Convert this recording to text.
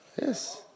Yes